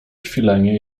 kwilenie